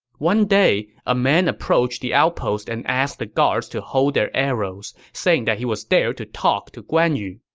one day, a man approached the outpost and asked the guards to hold their arrows, saying that he was there to talk to guan yu.